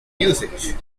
usage